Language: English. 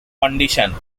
condition